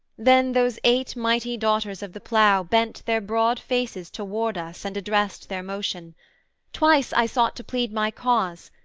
then those eight mighty daughters of the plough bent their broad faces toward us and addressed their motion twice i sought to plead my cause,